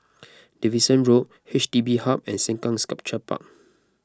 Davidson Road H D B Hub and Sengkang Sculpture Park